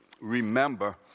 remember